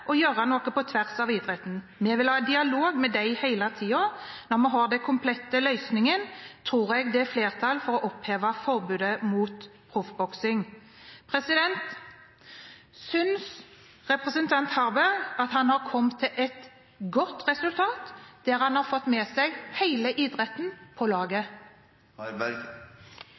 å gjøre noe på tvers av idretten. Vi vil ha dialog med de hele tiden. Når vi har den komplette løsningen, tror jeg det er flertall for å oppheve forbudet mot proffboksing.» Synes representanten Harberg at han har kommet til et godt resultat, der han har fått med seg hele idretten på laget?